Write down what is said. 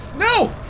No